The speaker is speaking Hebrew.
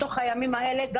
בתוך הימים האלה,